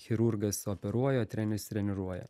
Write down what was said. chirurgas operuoja treneris treniruoja